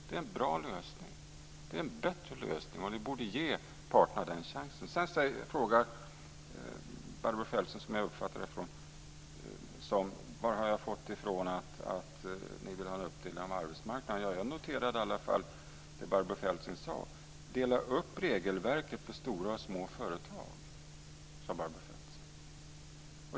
Det är en bra lösning. Det är en bättre lösning, och ni borde ge parterna den här chansen. Barbro Feltzing frågar var jag har fått det här med uppdelningen av arbetsmarknaden ifrån. Jag noterade i alla fall det som Barbro Feltzing sade: Dela upp regelverket för stora och små företag.